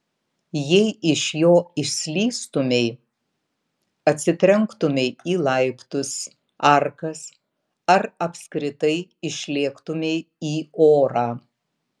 jei iš jo išslystumei atsitrenktumei į laiptus arkas ar apskritai išlėktumei į orą